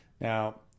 Now